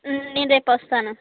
నేను రేపు వస్తాను